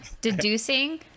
deducing